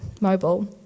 Mobile